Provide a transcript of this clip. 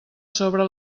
sobre